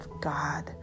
God